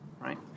right